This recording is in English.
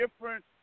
different